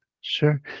Sure